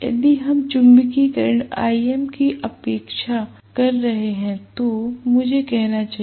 यदि हम चुम्बकीय करंट Im की उपेक्षा कर रहे हैं तो मुझे कहना चाहिए